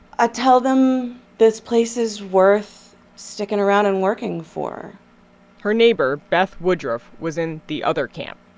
ah tell them this place is worth sticking around and working for her neighbor beth woodruff was in the other camp.